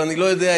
אבל אני לא יודע,